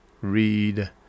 Read